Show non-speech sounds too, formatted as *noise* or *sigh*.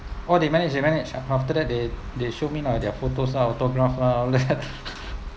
oh they manage they manage after that they they showed me lah their photos ah photographs lah *laughs*